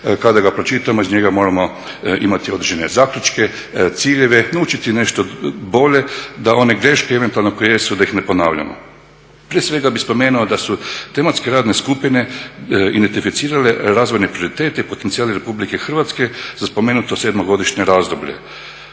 kada ga pročitamo iz njega moramo imati određene zaključke, ciljeve, naučiti nešto bolje da one greške koje eventualno jesu da ih ne ponavljamo. Prije svega bih spomenuo da su tematske radne skupine identificirale razvojne prioritete i potencijale RH za spomenuto sedmogodišnje razdoblje.